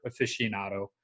aficionado